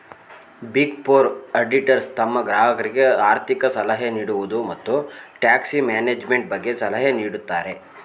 big four auditors ತಮ್ಮ ಗ್ರಾಹಕರಿಗೆ ಆರ್ಥಿಕ ಸಲಹೆ ನೀಡುವುದು, ಮತ್ತು ಟ್ಯಾಕ್ಸ್ ಮ್ಯಾನೇಜ್ಮೆಂಟ್ ಬಗ್ಗೆ ಸಲಹೆ ನೀಡುತ್ತಾರೆ